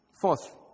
Fourth